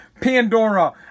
Pandora